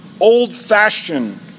old-fashioned